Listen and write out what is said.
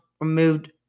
removed